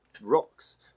rocks